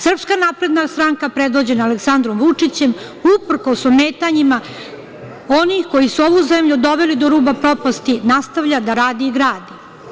Srpska napredna stranka, predvođena Vučićem, uprkos ometanjima onih koji su ovu zemlju doveli do ruba propasti, nastavlja da radi i gradi.